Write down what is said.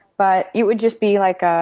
but it would just be like a